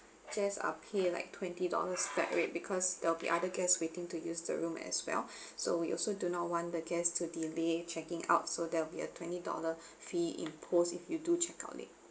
just uh pay like twenty dollars flat rate because there will be other guests waiting to use the room as well so we also do not want the guests to delay checking out so there will be a twenty dollar fee imposed if you do check out late